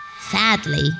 Sadly